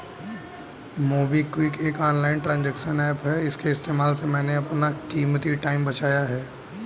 MobiKwik एक online transaction app है इसके इस्तेमाल से मैंने अपना कीमती टाइम बचाया है